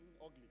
ugly